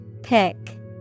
Pick